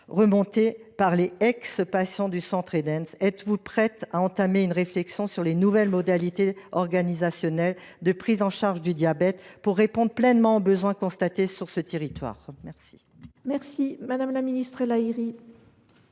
remonter les anciens patients du centre Edens ? Êtes vous prête à entamer une réflexion sur les nouvelles modalités organisationnelles de prise en charge du diabète, pour répondre pleinement aux besoins constatés sur ce territoire ? La